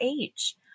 age